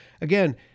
Again